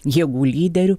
jėgų lyderiu